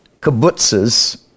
kibbutzes